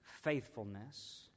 faithfulness